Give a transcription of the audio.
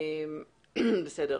תודה.